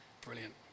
Brilliant